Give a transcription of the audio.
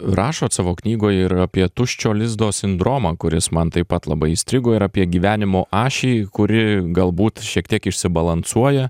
rašot savo knygoj ir apie tuščio lizdo sindromą kuris man taip pat labai įstrigo ir apie gyvenimo ašį kuri galbūt šiek tiek išsibalansuoja